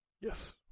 Yes